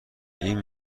این